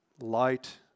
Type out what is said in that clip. light